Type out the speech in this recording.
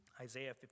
Isaiah